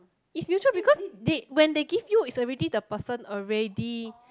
is usual because they when they give you is already the person already